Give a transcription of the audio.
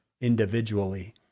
individually